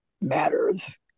matters